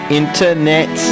internet